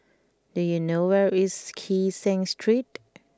do you know where is Kee Seng Street